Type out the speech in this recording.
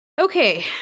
Okay